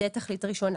זה התכלית הראשונה.